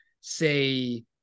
say